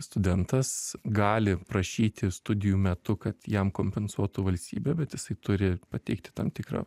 studentas gali prašyti studijų metu kad jam kompensuotų valstybė bet jisai turi pateikti tam tikrą